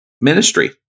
ministry